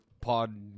pod